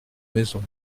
maison